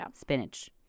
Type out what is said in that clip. Spinach